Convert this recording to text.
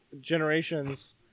Generations